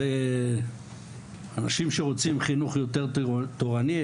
זה גם אנשים שרוצים חינוך יותר תורני.